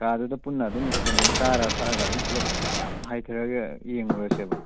ꯀꯥꯗꯨꯗ ꯄꯨꯟꯅ ꯑꯗꯨꯝ ꯀꯩꯅꯣ ꯆꯥꯔ ꯊꯛꯂꯒ ꯑꯗꯨꯝ ꯄꯨꯂꯞ ꯍꯥꯏꯊꯔꯒ ꯌꯦꯡꯂꯨꯔꯁꯦꯕ